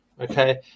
Okay